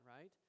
right